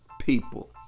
People